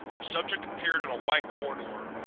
subject appeared in a white corridor,